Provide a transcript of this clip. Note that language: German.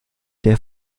der